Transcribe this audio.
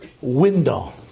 window